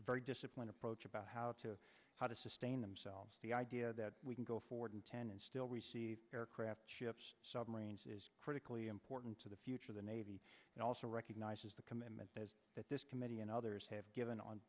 very disciplined approach about how to how to sustain themselves the idea that we can go forward and still receive aircraft submarines is critically important to the future of the navy and also recognizes the commitments that this committee and others have given on